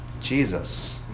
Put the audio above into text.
Jesus